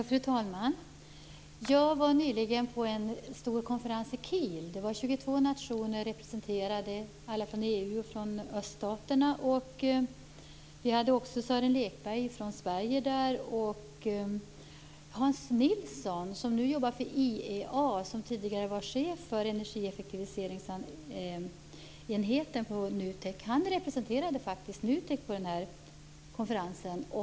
Fru talman! Jag var nyligen på en stor konferens i Kiel. 22 nationer fanns representerade - EU-länder och öststater. Från svensk sida fanns Sören Lekberg och även Hans Nilsson där. Hans Nilsson jobbar numera för IAEA. Tidigare var han chef för energieffektiviseringsenheten på NUTEK. På den här konferensen representerade han NUTEK.